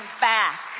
back